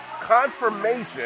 confirmation